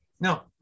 No